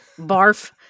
Barf